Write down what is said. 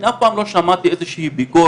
אני אף פעם לא שמעתי איזושהי ביקורת